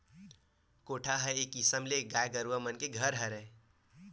कोठा ह एक किसम ले गाय गरुवा मन के घर हरय